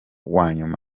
wanyuma